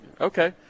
okay